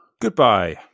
Goodbye